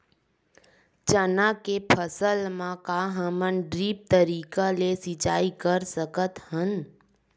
चना के फसल म का हमन ड्रिप तरीका ले सिचाई कर सकत हन?